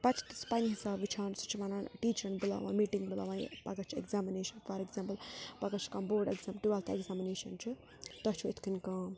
پَتہٕ چھِ تِہ سُہ پنٛنہِ حِساب وٕچھان سُہ چھِ وَنان ٹیٖچَرَن بُلاوان میٖٹِنٛگ بُلاوان پَگاہ چھِ ایٚگزامنیشَن فار ایٚگزامپٕل پَگاہ چھِ کانٛہہ بوڈ ایٚگزام ٹُوٮ۪لتھ ایٚگزامنیشَن چھُ تۄہہِ چھُو یِتھ کٔنۍ کٲم